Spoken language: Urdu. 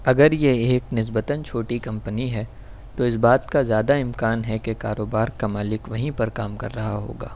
اگر یہ ایک نسبتاً چھوٹی کمپنی ہے تو اس بات کا زیادہ امکان ہے کہ کاروبار کا مالک وہیں پر کام کر رہا ہوگا